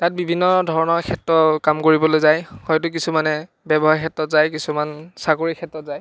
তাত বিভিন্ন ধৰণৰ ক্ষেত্ৰ কাম কৰিবলৈ যায় হয়তো কিছুমানে ব্যৱসায় ক্ষেত্ৰত যায় কিছুমান চাকৰি ক্ষেত্ৰত যায়